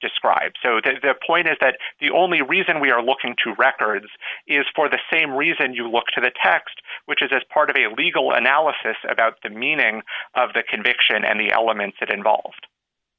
describes so that the point is that the only reason we are looking to records is for the same reason you look to the text which is as part of a legal analysis about the meaning of the conviction and the elements it involved